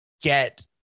get